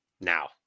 Now